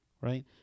right